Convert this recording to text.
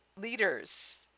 leaders